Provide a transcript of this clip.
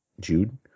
Jude